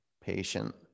Patient